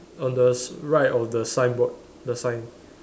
on the s~ right of the signboard the sign